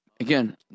Again